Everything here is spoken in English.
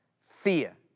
fear